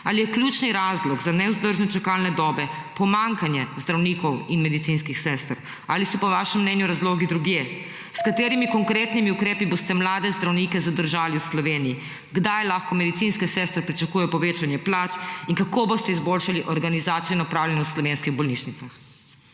Ali je ključni razlog za nevzdržne čakalne dobe pomanjkanje zdravnikov in medicinskih sester ali so po vašem mnenju razlogi drugje? S katerimi konkretnimi ukrepi boste mlade zdravnike zadržali v Sloveniji? Kdaj lahko medicinske sestre pričakujejo povečanje plač? Kako boste izboljšali organizacijo in upravljanje v slovenskih bolnišnicah?